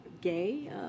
gay